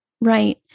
Right